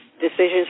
decisions